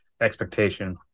expectation